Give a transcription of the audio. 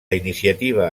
iniciativa